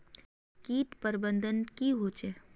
किट प्रबन्धन की होचे?